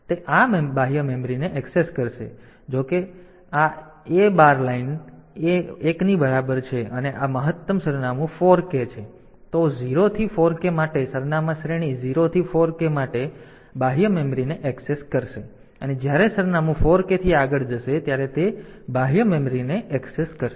તેથી તે આ બાહ્ય મેમરીને ઍક્સેસ કરશે જો કે જો આ A બાર લાઇન 1 ની બરાબર છે અને આ મહત્તમ સરનામું 4K છે તો 0 થી 4K માટે સરનામાં શ્રેણી 0 થી 4K માટે તે આ મેમરીને ઍક્સેસ કરશે અને જ્યારે સરનામું આ 4K થી આગળ જશે ત્યારે તે બાહ્ય મેમરી ઍક્સેસ કરશે